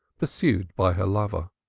pursued by her lover.